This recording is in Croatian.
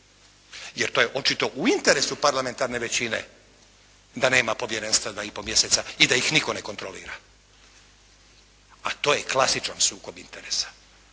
jer to je očito u interesu parlamentarne većine da nema povjerenstva dva i pol mjeseca i da ih nitko ne kontrolira. A to je klasičan sukob interesa